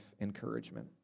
encouragement